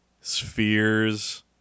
Spheres